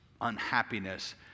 unhappiness